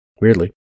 weirdly